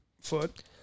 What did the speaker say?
foot